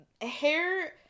hair